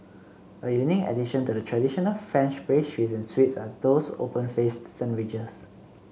a unique addition to the traditional French pastries and sweets are those open faced sandwiches